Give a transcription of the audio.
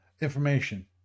information